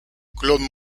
claude